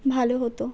ভালো হতো